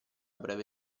breve